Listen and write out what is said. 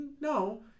no